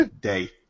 day